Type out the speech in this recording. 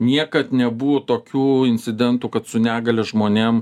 niekad nebuvo tokių incidentų kad su negalia žmonėm